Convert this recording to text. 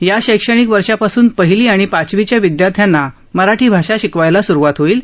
या शैक्षणिक वर्षपासून पहिली आणि पाचवीच्या विदयार्थ्यांना मराठी भाषा शिकवायला सुरुवात केली जाणार आहे